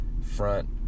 front